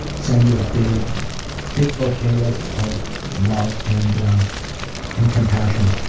send you a big big bouquet of of love and and compassion.